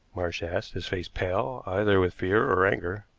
marsh asked, his face pale, either with fear or anger.